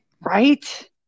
right